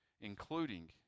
including